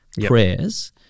prayers